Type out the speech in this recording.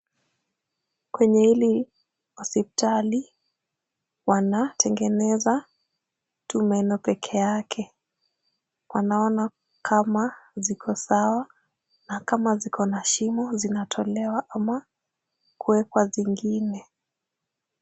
Kwenye hili hospitali, wanatengeneza tu meno pekee yake. Wanaona kama ziko sawa na kama ziko na shimo zinatolewa ama kuwekwa zingine.